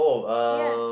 yea